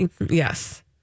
Yes